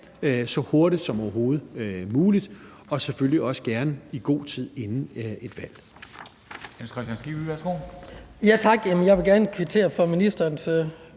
så hurtigt som overhovedet muligt, og selvfølgelig også gerne i god tid inden et valg.